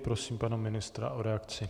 Prosím pana ministra o reakci.